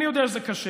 אני יודע שזה קשה.